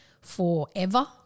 forever